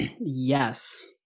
Yes